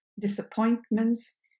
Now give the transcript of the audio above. disappointments